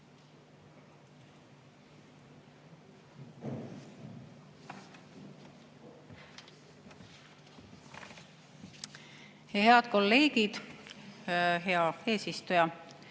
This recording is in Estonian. Head kolleegid! Hea eesistuja